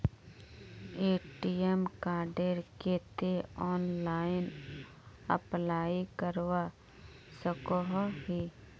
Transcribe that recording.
ATM कार्डेर केते online apply करवा सकोहो ही?